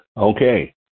Okay